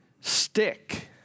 stick